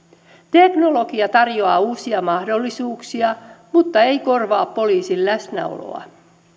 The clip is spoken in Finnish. teknologia tarjoaa uusia mahdollisuuksia mutta ei korvaa poliisin läsnäoloa